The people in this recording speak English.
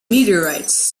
meteorites